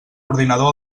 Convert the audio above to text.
ordinador